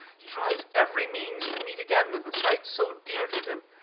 he tries every means to meet again with a sight so dear to him,